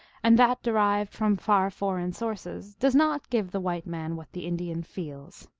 and that derived from far foreign sources, does not give the white man what the indian feels.